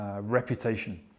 reputation